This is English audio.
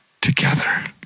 together